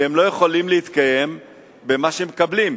כי הם לא יכולים להתקיים ממה שהם מקבלים.